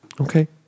Okay